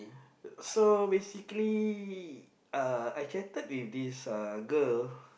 so basically uh I chatted with this uh girl